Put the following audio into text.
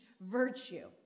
virtue